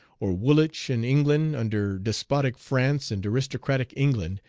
or woolwich, in england, under despotic france and aristocratic england,